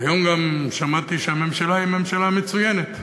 היום גם שמעתי שהממשלה היא ממשלה מצוינת,